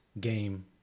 game